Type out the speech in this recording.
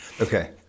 Okay